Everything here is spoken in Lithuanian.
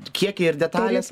kiekiai ir detalės